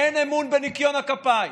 אין אמון בניקיון הכפיים,